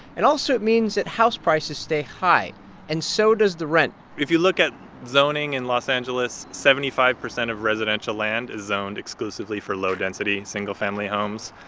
and also it means that house prices stay high and so does the rent if you look at zoning in los angeles, seventy five percent of residential land is zoned exclusively for low-density, single-family homes.